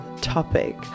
topic